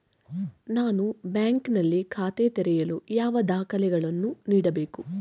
ನಾನು ಬ್ಯಾಂಕ್ ನಲ್ಲಿ ಖಾತೆ ತೆರೆಯಲು ಯಾವ ದಾಖಲೆಗಳನ್ನು ನೀಡಬೇಕು?